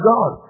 God